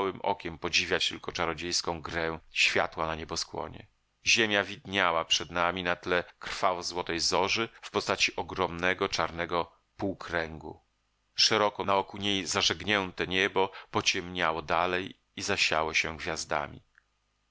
okiem podziwiać tylko czarodziejską grę światła na nieboskłonie ziemia widniała przed nami na tle krwawo złotej zorzy w postaci ogromnego czarnego półkręgu szeroko naokół niej zażegnięte niebo pociemniało dalej i zasiało się gwiazdami